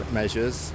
measures